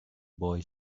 boy